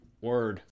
word